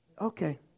Okay